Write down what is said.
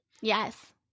Yes